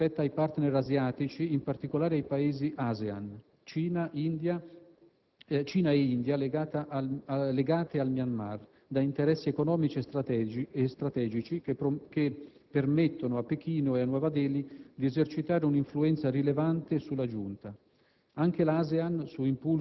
Un ruolo chiave spetta ai partner asiatici, in particolare ai Paesi ASEAN, Cina e India, legate al Myanmar da interessi economici e strategici, che permettono a Pechino e a Nuova Delhi di esercitare un'influenza rilevante sulla Giunta.